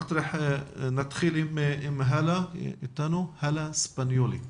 נתחיל עם האלה אספניולי.